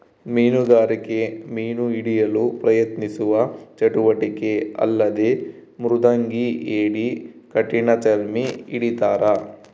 ಮೀನುಗಾರಿಕೆ ಮೀನು ಹಿಡಿಯಲು ಪ್ರಯತ್ನಿಸುವ ಚಟುವಟಿಕೆ ಅಲ್ಲದೆ ಮೃದಂಗಿ ಏಡಿ ಕಠಿಣಚರ್ಮಿ ಹಿಡಿತಾರ